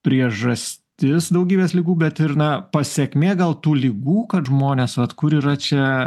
priežastis daugybės ligų bet ir na pasekmė gal tų ligų kad žmonės vat kur yra čia